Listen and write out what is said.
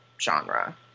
genre